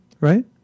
right